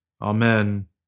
Amen